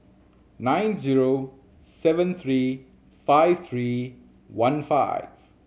nine zero seven three five three one five